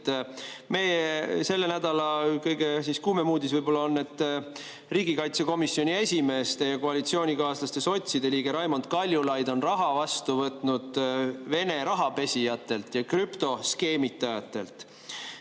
Selle nädala kõige kuumem uudis võib-olla on see, et riigikaitsekomisjoni esimees, teie koalitsioonikaaslaste sotside liige Raimond Kaljulaid on raha vastu võtnud Vene rahapesijatelt ja krüptoskeemitajatelt.